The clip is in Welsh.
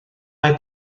mae